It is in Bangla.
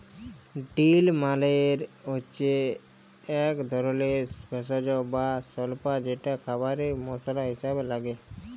ডিল মালে হচ্যে এক ধরলের ভেষজ বা স্বল্পা যেটা খাবারে মসলা হিসেবে লাগে